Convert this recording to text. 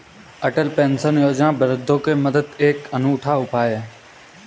अटल pension योजना वृद्धों की मदद का एक अनूठा उपाय है